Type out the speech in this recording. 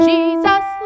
Jesus